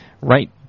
right